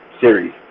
series